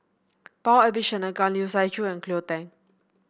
Paul Abisheganaden Chiu and Cleo Thang